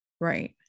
Right